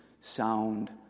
sound